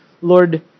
Lord